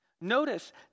Notice